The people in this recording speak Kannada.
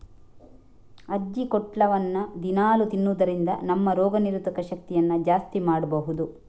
ಅಜ್ಜಿಕೊಟ್ಲವನ್ನ ದಿನಾಲೂ ತಿನ್ನುದರಿಂದ ನಮ್ಮ ರೋಗ ನಿರೋಧಕ ಶಕ್ತಿಯನ್ನ ಜಾಸ್ತಿ ಮಾಡ್ಬಹುದು